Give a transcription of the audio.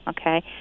okay